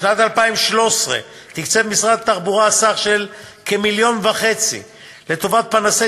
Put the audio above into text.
בשנת 2013 תקצב משרד התחבורה סך כמיליון וחצי לטובת פנסי